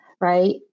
right